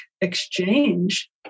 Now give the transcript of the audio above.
exchange